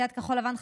סיעת כחול לבן,